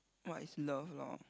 what is love lor